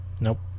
Nope